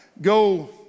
go